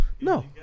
No